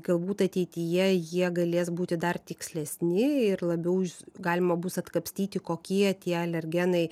galbūt ateityje jie galės būti dar tikslesni ir labiau už galima bus atkapstyti kokie tie alergenai